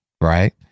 right